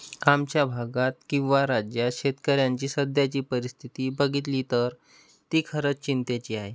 आमच्या भागात किंवा राज्यात शेतकऱ्यांची सध्याची परिस्थिती बघितली तर ती खरंच चिंतेची आहे